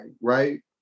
Right